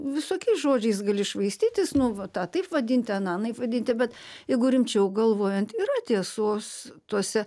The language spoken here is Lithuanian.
visokiais žodžiais gali švaistytis nu va tą taip vadinti anaip vadinti bet jeigu rimčiau galvojant yra tiesos tuose